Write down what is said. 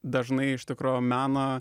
dažnai iš tikro meną